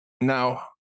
Now